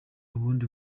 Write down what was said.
ubundi